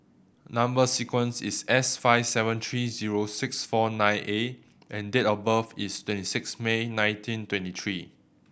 number sequence is S five seven three zero six four nine A and date of birth is twenty six May nineteen twenty three